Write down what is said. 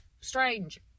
strange